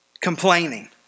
complaining